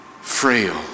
frail